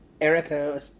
Erica